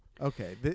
okay